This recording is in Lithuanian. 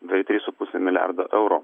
beveik trys su puse milijardo euro